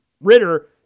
Ritter